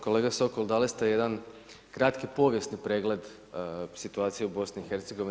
Kolega Sokol, dali ste jedan kratki povijesni pregled situaciji u BIH.